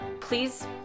please